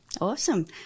awesome